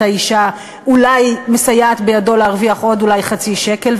האישה אולי כמסייעת בידו להרוויח עוד אולי חצי שקל,